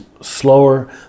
slower